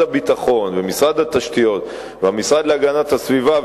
הביטחון ומשרד התשתיות והמשרד להגנת הסביבה,